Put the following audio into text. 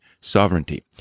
sovereignty